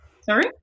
Sorry